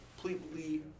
completely